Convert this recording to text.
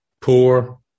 poor